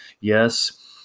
yes